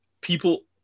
people